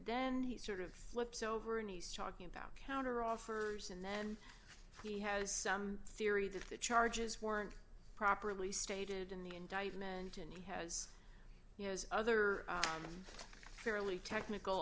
then he sort of flips over a nice talking about counter offers and then he has some theory that the charges weren't properly stated in the indictment and he has you know other i'm fairly technical